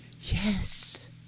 Yes